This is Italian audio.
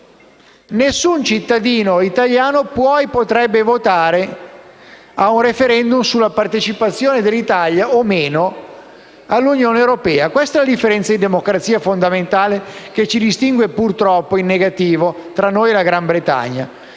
nessun cittadino italiano può e potrebbe votare in un *referendum* sulla partecipazione dell'Italia o, meno, all'Unione europea. Questa è la differenza di democrazia fondamentale che distingue, purtroppo in negativo, l'Italia dalla Gran Bretagna.